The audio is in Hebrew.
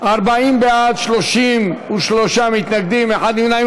40 בעד, 33 מתנגדים, אחד נמנע.